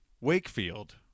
Wakefield